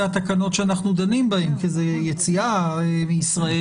התקנות שאנחנו דנים בהן כי זה יציאה מישראל.